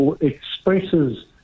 expresses